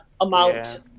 amount